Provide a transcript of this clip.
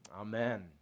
Amen